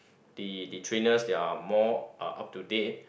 the the trainers they are more uh up to date